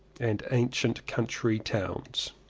and ancient country towns.